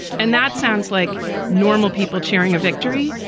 and that sounds like normal people cheering a victory.